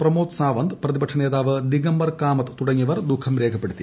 പ്രമോദ് സാവന്ത് പ്രതിപക്ഷ നേതാവ് ദിഗംബർ കാമത്ത് തുടങ്ങിയവർ ദുഃഖം രേഖപ്പെടുത്തി